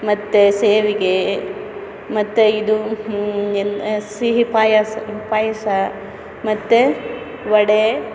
ಮತ್ತು ಶಾವಿಗೆ ಮತ್ತು ಇದು ಏನು ಸಿಹಿ ಪಾಯಸ ಪಾಯಸ ಮತ್ತು ವಡೆ